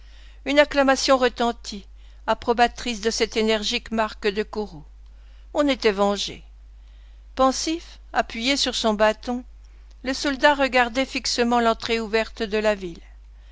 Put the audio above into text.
une acclamation retentit approbatrice de cette énergique marque de courroux on était vengé pensif appuyé sur son bâton le soldat regardait fixement l'entrée ouverte de la ville